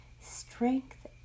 strength